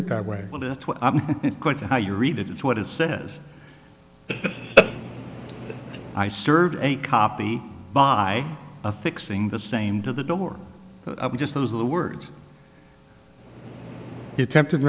it that way well that's what i'm going to how you read it it's what it says i served a copy by affixing the same to the door just those are the words he tempted